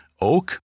oak